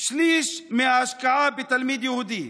שליש מההשקעה בתלמיד יהודי.